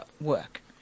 work